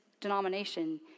denomination